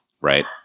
right